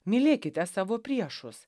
mylėkite savo priešus